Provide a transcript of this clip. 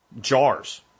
jars